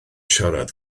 siarad